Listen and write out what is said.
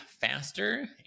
faster